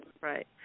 right